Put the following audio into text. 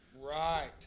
Right